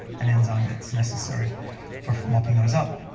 an enzyme that's necessary for mopping those up.